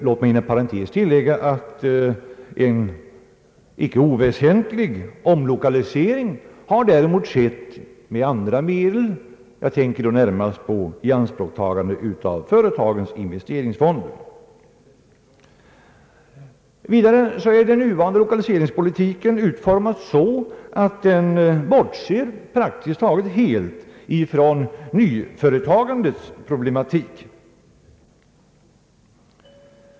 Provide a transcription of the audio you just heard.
Låt mig inom parentes tillägga att en icke oväsentlig omlokalisering däremot har skett med andra medel; jag tänker då närmast på ianspråktagandet av företagens investeringsfonder. Vidare är den nuvarande lokaliseringspolitiken utformad så att den praktiskt taget helt bortser från nyföretagandets problematik.